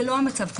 זה לא המצב כאן.